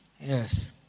yes